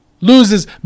loses